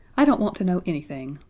i don't want to know anything,